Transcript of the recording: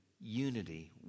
unity